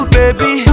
baby